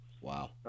wow